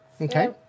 Okay